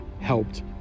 helped